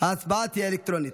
ההצבעה תהיה אלקטרונית.